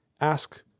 ask